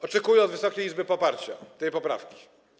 Oczekuję od Wysokiej Izby poparcia tej poprawki.